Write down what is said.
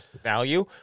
value